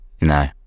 No